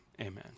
amen